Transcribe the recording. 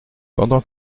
pendant